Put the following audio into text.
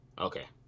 Okay